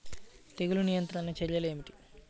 తెగులు నియంత్రణ చర్యలు ఏమిటి?